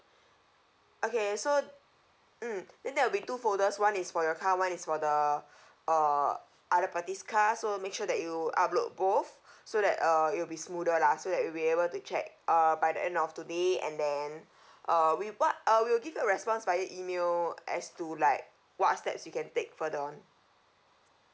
okay so mm then that will be two folders one is for your car one is for the uh other party's car so make sure that you upload both so that uh it'll be smoother lah so that we'll be able to check uh by the end of today and then uh we'll write uh we'll give a response via email as to like what steps you can take further on